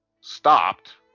stopped